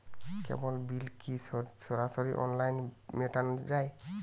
কেবল bill কি সরাসরি অনলাইনে মেটানো য়ায়?